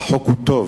והחוק הוא טוב,